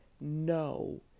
no